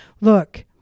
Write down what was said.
Look